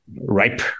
ripe